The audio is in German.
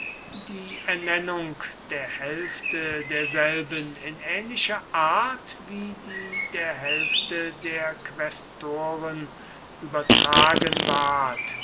die ernennung der hälfte derselben in ähnlicher art wie die der hälfte der quästoren übertragen ward